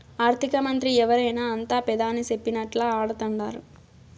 ఆర్థికమంత్రి ఎవరైనా అంతా పెదాని సెప్పినట్లా ఆడతండారు